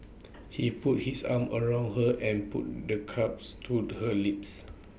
he put his arm around her and put the cups to the her lips